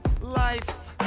Life